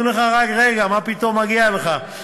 אומרים לך: רק רגע, מה פתאום מגיע לך?